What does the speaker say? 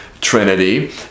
trinity